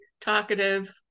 talkative